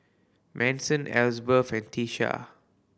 Manson Elizbeth and Tisha